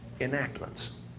enactments